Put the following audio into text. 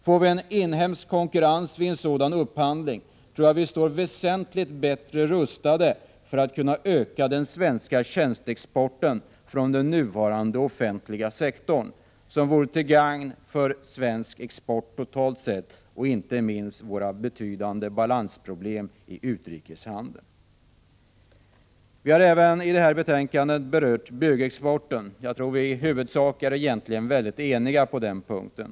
Får vi en inhemsk konkurrens vid sådan upphandling tror jag att vi står väsentligt bättre rustade för att kunna öka den svenska tjänstexporten från den nuvarande offentliga sektorn, och det vore till gagn för svensk industri totalt sett och inte minst för våra betydande balansproblem i utrikeshandeln. I det här betänkandet har vi även berört byggexporten. Jag tror att vi egentligen är rätt eniga på den punkten.